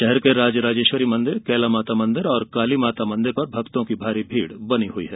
शहर के राजराजेश्वरी मंदिर कैलामाता मंदिर और काली माता मंदिर पर भक्तों की भारी भीड बनी हुई है